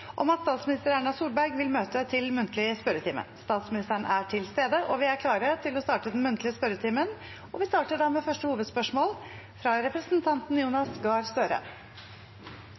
om at statsminister Erna Solberg vil møte til muntlig spørretime. Statsministeren er til stede, og vi er klare til å starte den muntlige spørretimen. Vi starter da med første hovedspørsmål, fra representanten Jonas Gahr Støre.